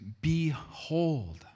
Behold